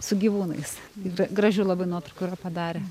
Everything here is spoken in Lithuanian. su gyvūnais gražių labai nuotraukų yra padarę